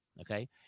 okay